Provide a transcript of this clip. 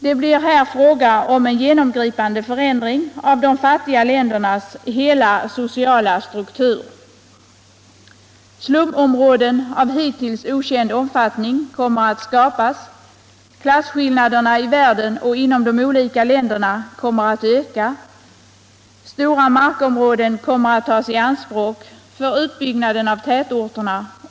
Det blir här fråga om en genomgripande förändring av de fatuga ländernas hela sociala struktur. Stumområden av hittills okänd omfattning kommer att skapas. klasskillnaderna i världen och inom de olika länderna kommer att öka, stora markområden kommer att tas i anspråk för utbyggnaden av tätorterna.